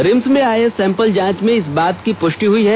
RIMS में आये sample जांच में इस बात की पुष्टि हुई है